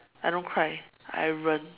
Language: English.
I don't cry I 忍